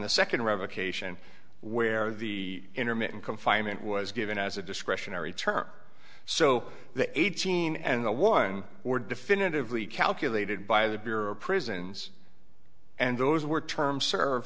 the second revocation where the intermittent confinement was given as a discretionary term so that eighteen and a one or definitively calculated by the bureau of prisons and those were terms served